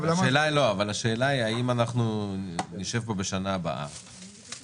האם נשב פה בשנה הבאה